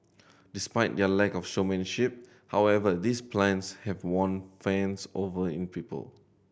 despite their lack of showmanship however these plants have won fans over in people